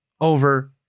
over